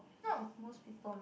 not most people